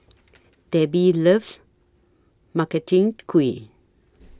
Debby loves Makchang Gui